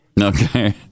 okay